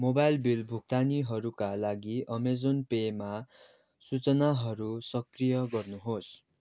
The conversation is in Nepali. मोबाइल बिल भुक्तानीहरूका लागि अमेजन पेमा सूचनाहरू सक्रिय गर्नुहोस्